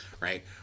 right